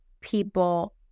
people